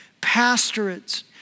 pastorates